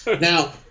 Now